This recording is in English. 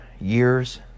years